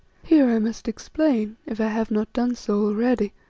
here i must explain, if i have not done so already,